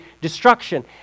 destruction